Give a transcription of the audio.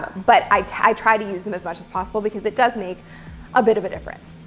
but i try try to use them as much as possible, because it does make a bit of a difference.